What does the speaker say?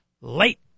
late